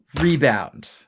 Rebound